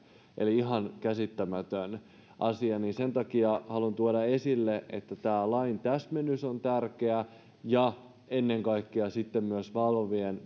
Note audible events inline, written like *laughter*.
ihan käsittämätön asia sen takia haluan tuoda esille että tämä lain täsmennys on tärkeä ja ennen kaikkea myös valvovien *unintelligible*